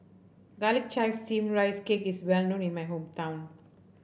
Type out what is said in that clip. Garlic Chives Steamed Rice Cake is well known in my hometown